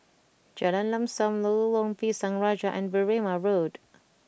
Jalan Lam Sam Lorong Pisang Raja and Berrima Road